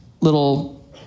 little